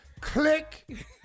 Click